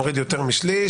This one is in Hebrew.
הורדתי יותר משליש.